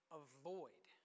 avoid